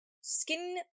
Skin